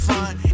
fun